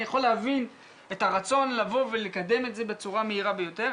אני יכול להבין את הרצון לבוא ולקדם את זה בצורה המהירה ביותר,